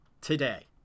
today